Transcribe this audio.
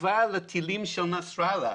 התשובה לכלים של נסראללה,